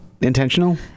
intentional